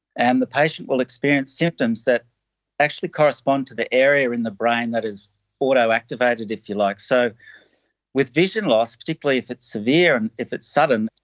and the patient will experience symptoms that actually correspond to the area in the brain that is auto activated, if you like. so with vision loss, particularly if it's severe and if it's sudden,